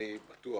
אני בטוח,